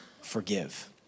forgive